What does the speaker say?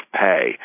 pay